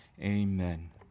Amen